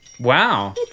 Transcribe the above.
Wow